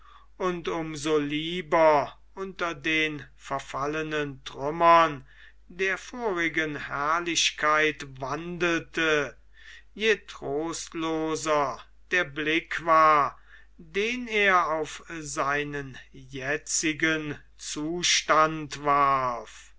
und um so lieber unter den verfallenen trümmern der vorigen herrlichkeit wandelte je trostloser der blick war den er auf seinen jetzigen zustand warf